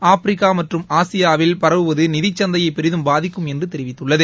Africa மற்றும் ஆசியாவில் பரவுவது நிதிச் சந்தையை பெரிதும் பாதிக்கும் என்று தெரிவித்துள்ளது